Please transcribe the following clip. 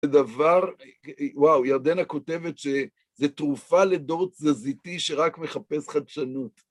ודבר, וואו, ירדנה כותבת שזו תרופה לדור תזזיתי שרק מחפש חדשנות.